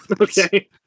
Okay